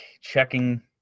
checking